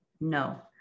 No